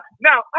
Now